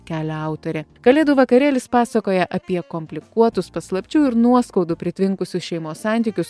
kelia autorė kalėdų vakarėlis pasakoja apie komplikuotus paslapčių ir nuoskaudų pritvinkusius šeimos santykius